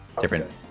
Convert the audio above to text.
different